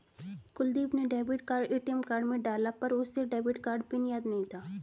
कुलदीप ने debit card ATM में डाला पर उसे डेबिट कार्ड पिन याद नहीं था